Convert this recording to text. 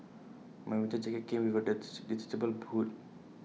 my winter jacket came with A detachable hood